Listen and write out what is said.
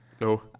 No